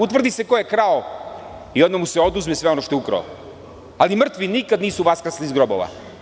Utvrdi se ko je krao i onda mu se oduzme sve ono što je ukrao, ali mrtvi nikad nisu vaskrsli iz grobova.